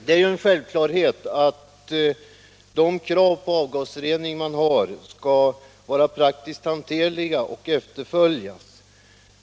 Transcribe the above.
Det är en självklarhet att kraven på avgasrening skall vara praktiskt hanterliga och kunna efterföljas.